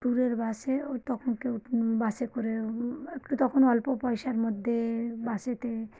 ট্যুরের বাসে ওই তখন কেউ বাসে করে একটু তখন অল্প পয়সার মধ্যে বাসেতে